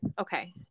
okay